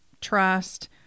trust